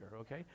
okay